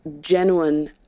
genuine